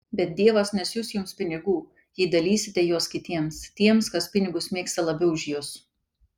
bet dievas nesiųs jums pinigų jei dalysite juos kitiems tiems kas pinigus mėgsta labiau už jus